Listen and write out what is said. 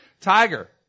Tiger